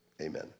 amen